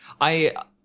I-